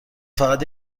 فقط